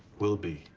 will be?